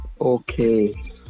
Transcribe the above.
Okay